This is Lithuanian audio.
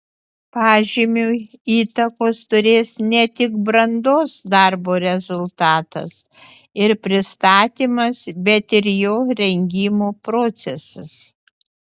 pažymiui įtakos turės ne tik brandos darbo rezultatas ir pristatymas bet ir jo rengimo procesas